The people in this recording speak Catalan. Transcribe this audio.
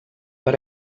per